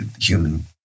human